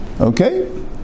okay